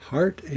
Heart